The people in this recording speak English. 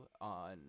on